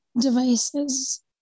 devices